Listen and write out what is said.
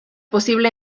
posible